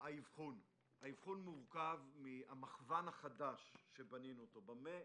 האבחון מורכב מהמַכְוַון החדש שבנינו, במה